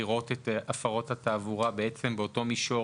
לראות את הפרות התעבורה באותו מישור,